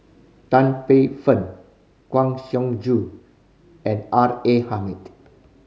Tan Paey Fern Kang Siong Joo and R A Hamid